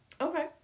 okay